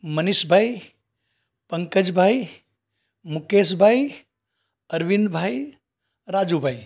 Manishbhai Pankajbhai Mukeshbhai Arvindbhai Rajubhai